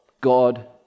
God